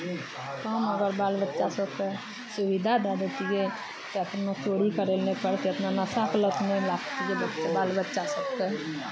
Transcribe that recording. काम अगर बाल बच्चा सभकेँ सुविधा दए दैतियै तऽ अतना चोरी करय लेल नहि पड़तै एतना नशाके लत नहि लागतियै ब बाल बच्चा सभकेँ